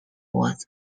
was